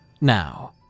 Now